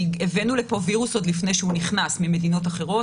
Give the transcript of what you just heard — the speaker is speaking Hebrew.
שהבאנו לפה וירוס עוד לפני שהוא נכנס ממדינות אחרות